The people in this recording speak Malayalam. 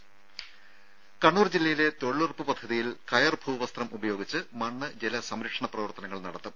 രംഭ കണ്ണൂർ ജില്ലയിലെ തൊഴിലുറപ്പ് പദ്ധതിയിൽ കയർ ഭൂ വസ്ത്രം ഉപയോഗിച്ച് മണ്ണ് ജല സംരക്ഷണ പ്രവർത്തനങ്ങൾ നടത്തും